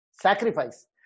sacrifice